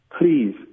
please